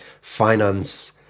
finance